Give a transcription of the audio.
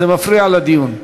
זה מפריע לדיון.